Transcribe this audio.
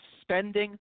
spending